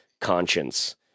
conscience